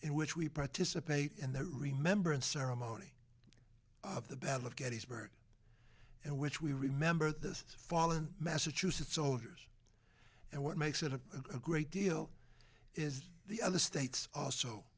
in which we participate in the remembrance ceremony of the battle of gettysburg and which we remember this fall in massachusetts soldiers and what makes it a great deal is the other states also